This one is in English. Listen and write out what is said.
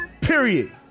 Period